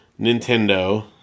Nintendo